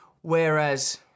Whereas